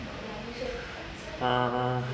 err